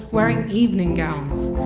wearing evening gowns.